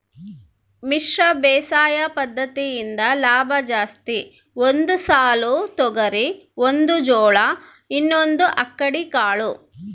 ಮಿಶ್ರ ಬೇಸಾಯ ಪದ್ದತಿಯಿಂದ ಲಾಭ ಜಾಸ್ತಿ ಒಂದು ಸಾಲು ತೊಗರಿ ಒಂದು ಜೋಳ ಇನ್ನೊಂದು ಅಕ್ಕಡಿ ಕಾಳು